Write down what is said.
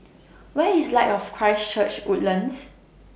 Where IS Light of Christ Church Woodlands